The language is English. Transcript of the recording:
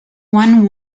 one